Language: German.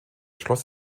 schloss